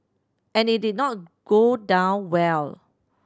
and it did not go down well